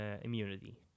immunity